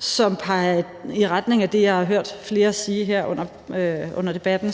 som peger i retning af det, jeg har hørt flere sige her under debatten,